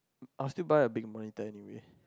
I will still buy a big monitor anyway